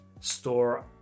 store